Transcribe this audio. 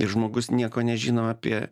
ir žmogus nieko nežino apie